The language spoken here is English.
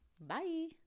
bye